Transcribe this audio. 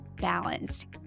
balanced